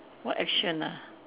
what action ah